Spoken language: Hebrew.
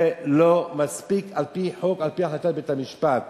זה לא מספיק על-פי חוק, על-פי החלטת בית-המשפט.